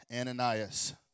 Ananias